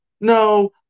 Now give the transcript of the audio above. no